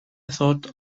thought